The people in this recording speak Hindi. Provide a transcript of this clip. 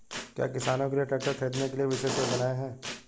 क्या किसानों के लिए ट्रैक्टर खरीदने के लिए विशेष योजनाएं हैं?